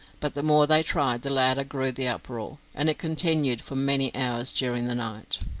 but the more they tried the louder grew the uproar, and it continued for many hours during the night.